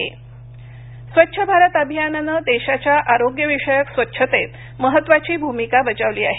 स्वच्छ भारत स्वच्छ भारत अभियानानं देशाच्या आरोग्यविषयक स्वच्छतेत महत्त्वाची भूमिका बजावली आहे